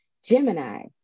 Gemini